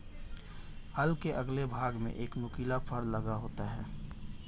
हल के अगले भाग में एक नुकीला फर लगा होता है